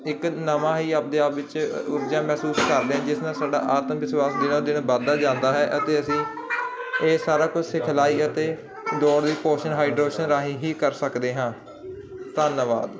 ਇੱਕ ਨਵਾਂ ਹੀ ਆਪਦੇ ਆਪ ਵਿੱਚ ਊਰਜਾ ਮਹਿਸੂਸ ਕਰਦੇ ਆ ਜਿਸ ਨਾਲ ਸਾਡਾ ਆਤਮ ਵਿਸ਼ਵਾਸ ਦਿਨੋ ਦਿਨ ਵੱਧਦਾ ਜਾਂਦਾ ਹੈ ਅਤੇ ਅਸੀਂ ਇਹ ਸਾਰਾ ਕੁਝ ਸਿਖਲਾਈ ਅਤੇ ਦੌੜ ਦੀ ਪੋਸ਼ਨ ਹਾਈਡਰੋਸ਼ਨ ਰਾਹੀਂ ਹੀ ਕਰ ਸਕਦੇ ਹਾਂ ਧੰਨਵਾਦ